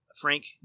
Frank